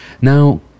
Now